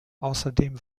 außerdem